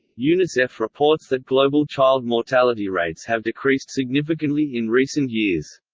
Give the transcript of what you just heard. unicef reports that global child mortality rates have decreased significantly in recent years.